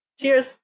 Cheers